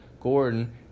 Gordon